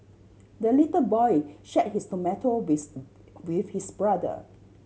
the little boy share his tomato with with his brother